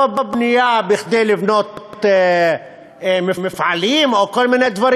לא בנייה כדי לבנות מפעלים או כל מיני דברים.